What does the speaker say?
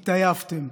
התעייפתם.